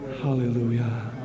Hallelujah